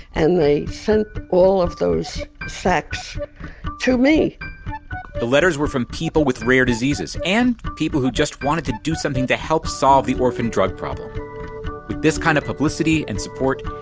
and they sent all those sacks to me the letters were from people with rare diseases, and people who just wanted to do something to help solve the orphan drug problem. with this kind of publicity and support,